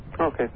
Okay